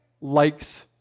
likes